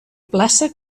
plaça